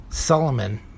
Solomon